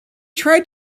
tried